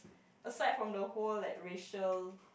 aside from the whole like racial